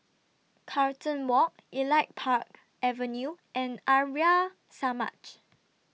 Carlton Walk Elite Park Avenue and Arya Samaj